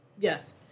Yes